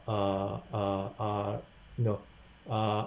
uh uh uh you know uh